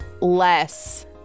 less